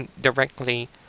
directly